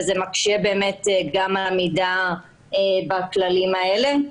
וזה מקשה באמת גם על העמידה בכללים האלה.